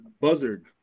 buzzard